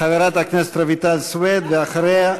חברת הכנסת רויטל סויד, ואחריה,